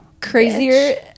Crazier